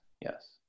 yes